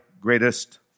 greatest